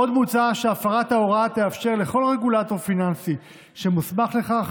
עוד מוצע שהפרת ההוראה תאפשר לכל רגולטור פיננסי שמוסמך לכך